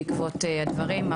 בעקבות הדברים,